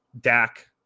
Dak